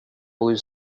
blue